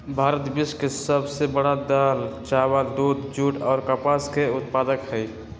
भारत विश्व के सब से बड़ दाल, चावल, दूध, जुट आ कपास के उत्पादक हई